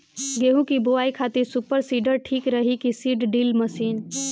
गेहूँ की बोआई खातिर सुपर सीडर ठीक रही की सीड ड्रिल मशीन?